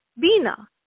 Bina